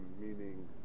meaning